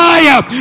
Fire